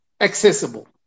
accessible